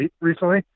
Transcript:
recently